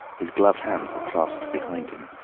his gloved hands were clasped behind him,